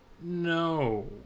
No